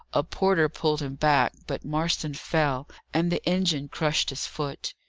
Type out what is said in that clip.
a porter pulled him back, but marston fell, and the engine crushed his foot.